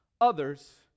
others